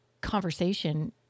conversation